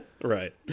Right